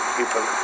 people